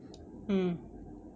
mm